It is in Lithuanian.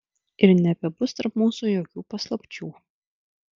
ir nebebus tarp mūsų jokių paslapčių